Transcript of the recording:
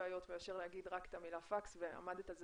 בעיות מאשר להגיד רק את המילה פקס ועמדת על זה